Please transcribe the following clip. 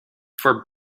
for